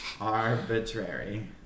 Arbitrary